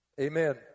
Amen